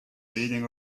reading